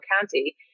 County